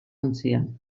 ontzian